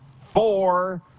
four